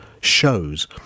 shows